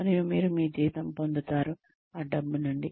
మరియు మీరు మీ జీతం పొందుతారు ఆ డబ్బు నుండి